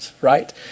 right